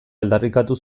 aldarrikatu